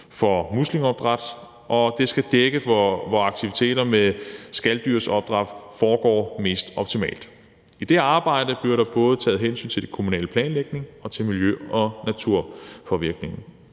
for muslingeopdræt, og den skal dække, hvor aktiviteter med skaldyrsopdræt foregår mest optimalt. I det arbejde bliver der både taget hensyn til den kommunale planlægning og til miljø- og naturpåvirkningen.